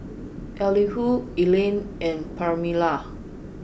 Elihu Evelyne and Permelia